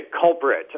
culprit